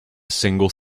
single